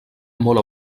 molt